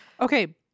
Okay